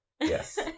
yes